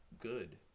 Good